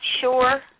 sure